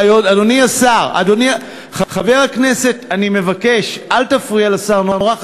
הכנסת סופה לנדבר, אינה